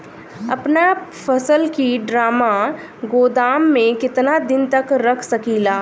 अपना फसल की ड्रामा गोदाम में कितना दिन तक रख सकीला?